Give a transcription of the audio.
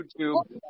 YouTube